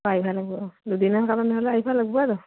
আহিবা লাগব আৰু দুদিনৰ কাৰণে হ'লে আহিবা লাগব আৰু